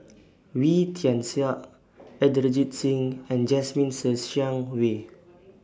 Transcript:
Wee Tian Siak Inderjit Singh and Jasmine Ser Xiang Wei